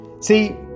see